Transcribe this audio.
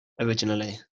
originally